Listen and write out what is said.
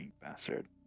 bastard